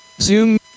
Zoom